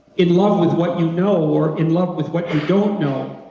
in love with what you know or in love with what you don't know,